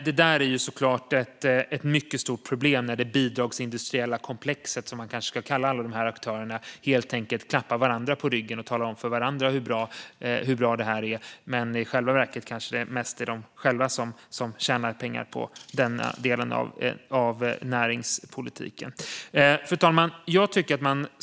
Det är såklart ett stort problem när det bidragsindustriella komplexet, som man kan kalla alla dessa aktörer, klappar varandra på axeln och talar om för varandra hur bra detta är. I själva verket är det kanske mest de själva som tjänar pengar på denna del av näringspolitiken. Fru talman!